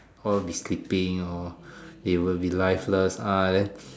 all be sleeping or they will be lifeless ah then